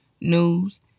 news